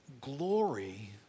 glory